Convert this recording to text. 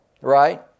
Right